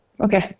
Okay